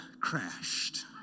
crashed